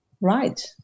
right